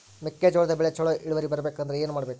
ಮೆಕ್ಕೆಜೋಳದ ಬೆಳೆ ಚೊಲೊ ಇಳುವರಿ ಬರಬೇಕಂದ್ರೆ ಏನು ಮಾಡಬೇಕು?